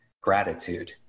Gratitude